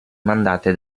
mandate